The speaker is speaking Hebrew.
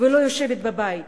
ולא יושבת בבית.